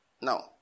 Now